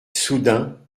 soudain